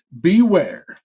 beware